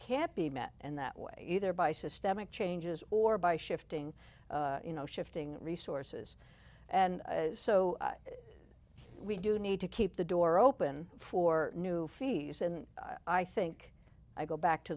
can be met and that way either by systemic changes or by shifting you know shifting resources and so we do need to keep the door open for new fees and i think i go back to